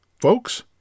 Folks